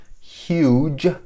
huge